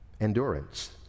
endurance